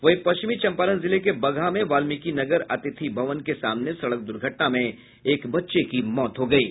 वहीं पश्चिमी चंपारण जिले के बगहा में बाल्मिकी नगर अतिथि भवन के सामने सड़क दुर्घटना में एक बच्चे की मौत हो गयी